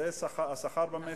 זה השכר במשק,